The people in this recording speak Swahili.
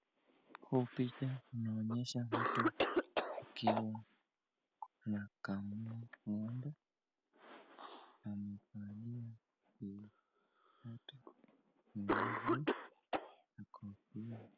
Huu picha unaonyesha mtu akiwa anakamua ng'ombe. Amevalia viatu nyeusi na kofia.